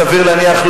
סביר להניח,